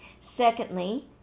Secondly